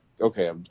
okay